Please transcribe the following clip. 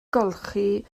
golchi